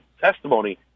testimony